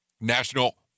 National